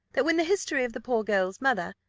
that when the history of the poor girl's mother,